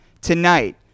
Tonight